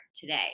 today